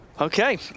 Okay